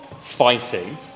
fighting